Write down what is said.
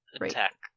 attack